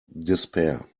despair